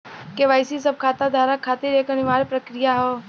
KYC सब खाता धारक खातिर एक अनिवार्य प्रक्रिया हौ